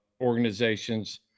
organizations